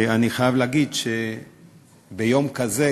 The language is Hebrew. אני חייב להגיד שביום כזה,